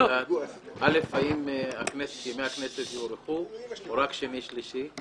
האם ימי הכנסת יוארכו או רק שני ושלישי?